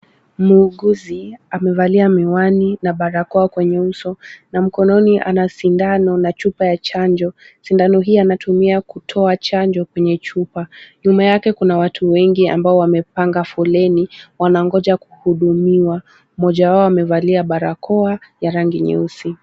Muuguzi amevalia miwani na barakoa kwenye uso, na mkononi ana sindano na chupa ya chanjo. Sindano hii anatumia kutoa chanjo kwenye chupa. Nyuma yake kuna watu wengi ambao wamepanga foleni wanangoja kuhudumiwa. Mmoja wao amevalia barakoa ya rangi nyeusi.